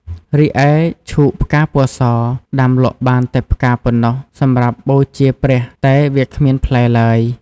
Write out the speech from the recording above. រីឯឈូកផ្កាពណ៌ស ដាំលក់បានតែផ្កាប៉ុណ្ណោះសម្រាប់បូជាព្រះ តែវាគ្មានផ្លែឡើយ ។